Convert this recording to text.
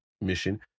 mission